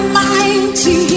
mighty